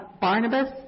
Barnabas